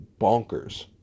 bonkers